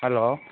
hello